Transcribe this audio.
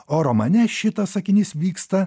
o romane šitas sakinys vyksta